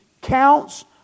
counts